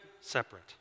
separate